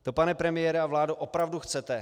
To, pane premiére a vládo, opravdu chcete?